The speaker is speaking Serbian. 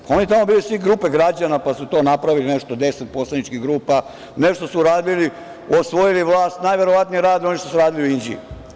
Oni su bili tamo svi grupe građana, pa su napravili nešto, 10 poslaničkih grupa, nešto su uradili, osvojili vlast, najverovatnije rade ono što su radili u Inđiji.